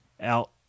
out